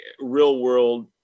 real-world